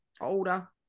older